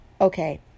okay